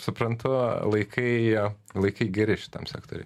suprantu laikai laikai geri šitam sektoriui